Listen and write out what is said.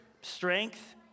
strength